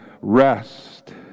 rest